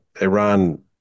iran